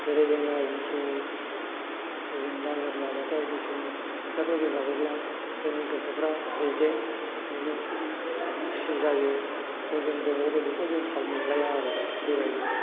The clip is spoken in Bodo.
जेरै जोंना जिसुखौ जों दा धोरोम लानायखाय जिसुनि मेथाइफोर रोजाबोब्ला जोंनि गोसोफ्रा रेजें मोनो खुसि जायो बोजों बबाव दं बेखौ जों थाल मोनलाया आरो बेबायदि